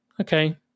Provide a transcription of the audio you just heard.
okay